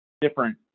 different